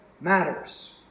matters